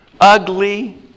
ugly